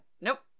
Nope